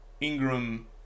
Ingram